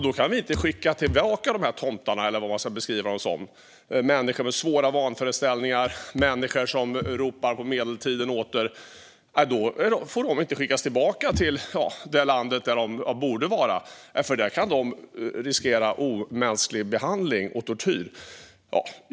Då kan vi inte skicka tillbaka dessa tomtar - eller vad man ska beskriva dem som. Det är människor med svåra vanföreställningar och människor som ropar på medeltiden åter. Nej, de får inte skickas tillbaka till det land där de borde vara, för där kan de riskera omänsklig behandling och tortyr.